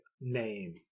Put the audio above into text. name